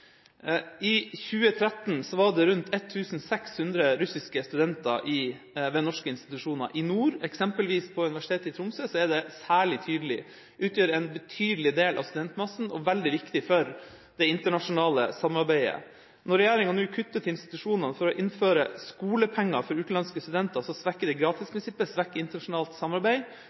I 2013 var det rundt 1 600 russiske studenter ved norske institusjoner. I nord, eksempelvis ved Universitetet i Tromsø, er det særlig tydelig. De utgjør en betydelig del av studentmassen og er veldig viktige for det internasjonale samarbeidet. Når regjeringa nå kutter til institusjonene for å innføre skolepenger for utenlandske studenter, svekker det gratisprinsippet, det svekker internasjonalt samarbeid,